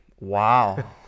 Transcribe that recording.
wow